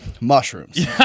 Mushrooms